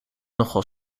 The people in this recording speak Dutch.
nogal